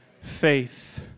Faith